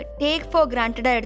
take-for-granted